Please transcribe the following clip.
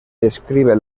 describe